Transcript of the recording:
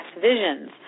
visions